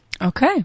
Okay